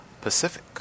Pacific